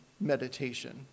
meditation